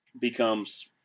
becomes